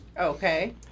Okay